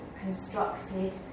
constructed